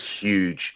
huge